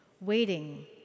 waiting